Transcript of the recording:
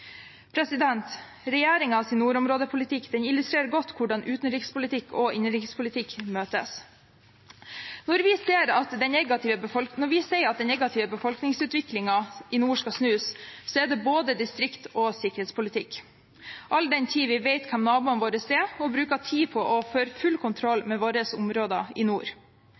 nordområdepolitikk illustrerer godt hvordan utenrikspolitikk og innenrikspolitikk møtes. Når vi sier at den negative befolkningsutviklingen i nord skal snus, er det både distriktspolitikk og sikkerhetspolitikk, all den tid vi vet hvem naboene våre er, og bruker tid på å føre full kontroll med våre områder i nord.